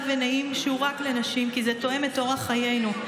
ונעים שהוא רק לנשים כי זה תואם את אורח חיינו?